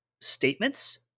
statements